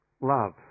love